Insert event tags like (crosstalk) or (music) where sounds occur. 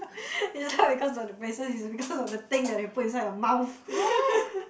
(laughs) is not because of the braces is because the thing that put inside your mouth (laughs)